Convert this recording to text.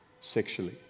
sexually